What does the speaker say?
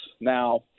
Now